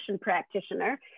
practitioner